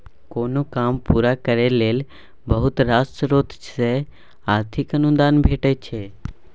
कोनो काम पूरा करय लेल बहुत रास स्रोत सँ आर्थिक अनुदान भेटय छै